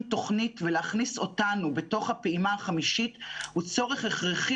תכנית ולהכניס אותנו בתוך הפעימה החמישית הוא צורך הכרחי.